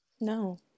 no